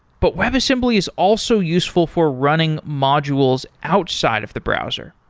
but webassembly is also useful for running modules outside of the browser.